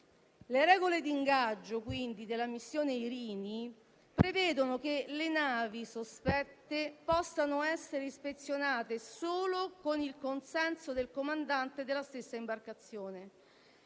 Le regole di ingaggio della missione Irini prevedono che le navi sospette possano essere ispezionate solo con il consenso del comandante della stessa imbarcazione.